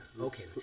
Okay